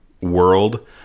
world